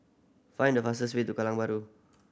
find the fastest way to Kallang Bahru